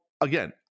again